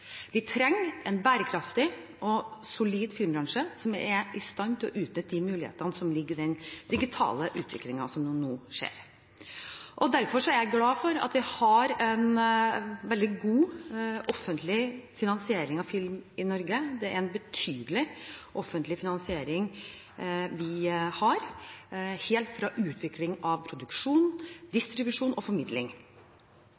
trenger en bærekraftig og solid filmbransje som er i stand til å utnytte de mulighetene som ligger i den digitale utviklingen som nå skjer. Derfor er jeg glad for at vi har en veldig god offentlig finansiering av film i Norge. Vi har en betydelig offentlig finansiering – helt fra utvikling av produksjon